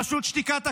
פשוט שתיקת הכבשים.